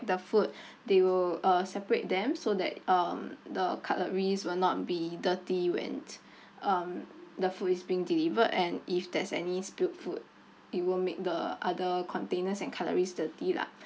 the food they will uh separate them so that um the cutleries will not be dirty when um the food is being delivered and if there's any spilled food it won't make the other containers and cutleries dirty lah